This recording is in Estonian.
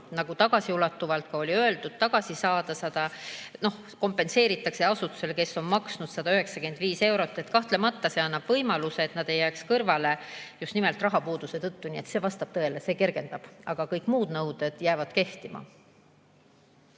tagasiulatuvalt tagasi saada. See kompenseeritakse asutusele, kes on maksnud 195 eurot. Kahtlemata see annab võimaluse, et nad ei jääks kõrvale just nimelt rahapuuduse tõttu. Nii et see vastab tõele. See kergendab. Aga kõik muud nõuded jäävad kehtima.